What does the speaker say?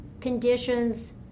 conditions